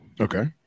Okay